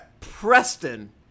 Preston